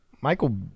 Michael